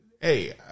Hey